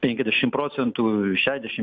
penkiasdešim procentų šešiasdešim